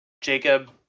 Jacob